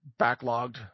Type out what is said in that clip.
backlogged